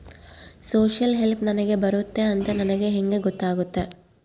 Social help ನನಗೆ ಬರುತ್ತೆ ಅಂತ ನನಗೆ ಹೆಂಗ ಗೊತ್ತಾಗುತ್ತೆ?